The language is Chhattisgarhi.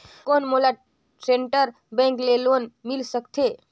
कौन मोला सेंट्रल बैंक ले लोन मिल सकथे?